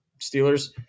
Steelers